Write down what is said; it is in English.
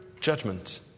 judgment